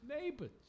neighbors